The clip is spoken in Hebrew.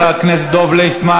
תודה רבה, חבר הכנסת דב ליפמן.